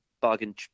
bargain